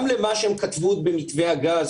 גם למה שהם כתבו במתווה הגז,